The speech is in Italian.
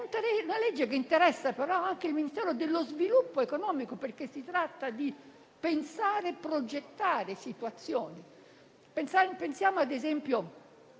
interessa però anche il Ministero dello sviluppo economico, perché si tratta di pensare e progettare situazioni. Pensiamo, ad esempio,